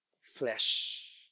flesh